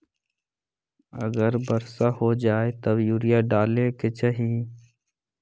अगर वर्षा हो जाए तब यूरिया डाले के चाहि?